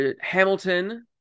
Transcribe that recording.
Hamilton